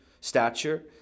stature